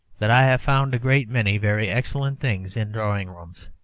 that i have found a great many very excellent things in drawing-rooms.